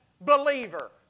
believer